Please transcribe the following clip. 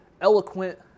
eloquent